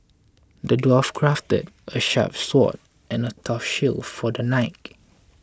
the dwarf crafted a sharp sword and a tough shield for the knight